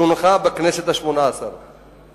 שהונחה בכנסת השמונה-עשרה.